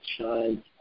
shine